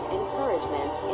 encouragement